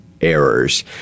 errors